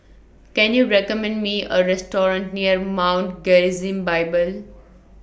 Can YOU recommend Me A Restaurant near Mount Gerizim Bible